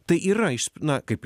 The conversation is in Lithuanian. tai yra na kaip